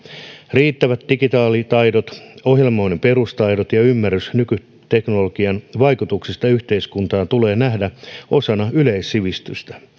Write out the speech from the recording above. riittävät digitaidot ohjelmoinnin perustaidot ja ymmärrys nykyteknologian vaikutuksista yhteiskuntaan tulee nähdä osana yleissivistystä